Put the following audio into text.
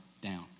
down